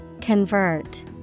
Convert